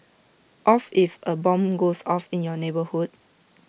of if A bomb goes off in your neighbourhood